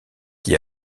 qui